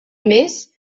més